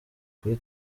kuri